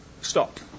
stop